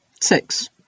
Six